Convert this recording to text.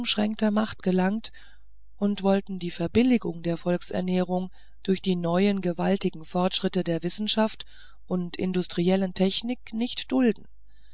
macht gelangt und wollten die verbilligung der